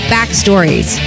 Backstories